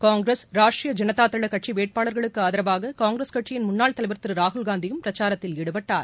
காங்கிரஸ் ராஷ்டிரிய ஜனதா தள கட்சி வேட்பாளர்களுக்கு ஆதரவாக காங்கிரஸ் கட்சியின் முன்னாள் தலைவர் ராகுல்காந்தியும் பிரச்சாரத்தில் ஈடுபட்டார்